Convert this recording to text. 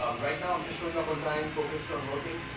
um right now, i'm just showing up on time, focused on working.